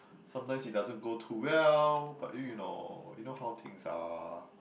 sometimes it doesn't go too well but you know you know how things are